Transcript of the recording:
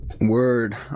word